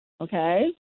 okay